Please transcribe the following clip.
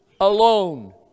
alone